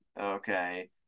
Okay